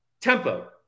tempo